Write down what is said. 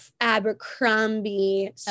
Abercrombie